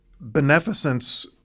beneficence